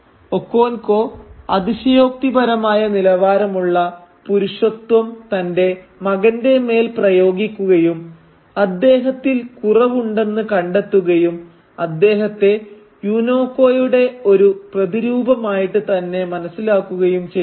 Okonkwo അതിശയോക്തിപരമായ നിലവാരമുള്ള പുരുഷത്വം തന്റെ മകന്റെ മേൽ പ്രയോഗിക്കുകയും അദ്ദേഹത്തിൽ കുറവുണ്ടെന്ന് കണ്ടെത്തുകയും അദ്ദേഹത്തെ യുനോകോയുടെ ഒരു പ്രതിരൂപമായിട്ട് തന്നെ മനസ്സിലാക്കുകയും ചെയ്യുന്നു